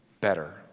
better